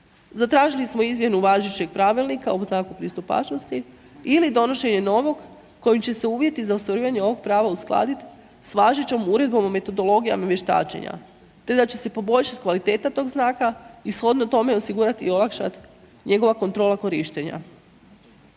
Zatražili smo izmjenu važećeg pravilnika o znaku pristupačnosti ili donošenje novog kojim će se uvjeti za ostvarivanje ovog prava uskladiti sa važećom uredbom o metodologijama vještačenja te da će se poboljšati kvaliteta tog znaka i shodno tome osigurati i olakšat njegova kontrola korištenja.